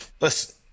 listen